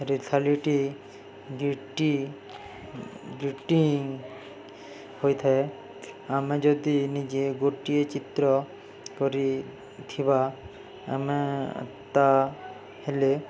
ହୋଇଥାଏ ଆମେ ଯଦି ନିଜେ ଗୋଟିଏ ଚିତ୍ର କରିଥିବା ଆମେ ତା ହେଲେ